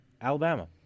Alabama